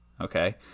okay